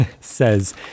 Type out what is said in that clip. says